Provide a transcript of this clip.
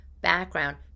background